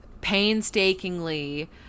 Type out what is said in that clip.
painstakingly